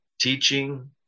teaching